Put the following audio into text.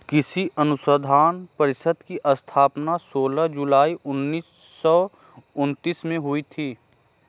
कृषि अनुसंधान परिषद की स्थापना सोलह जुलाई उन्नीस सौ उनत्तीस में हुई